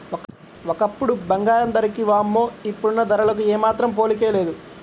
ఒకప్పుడు బంగారం ధరకి వామ్మో ఇప్పుడున్న ధరలకు ఏమాత్రం పోలికే లేదు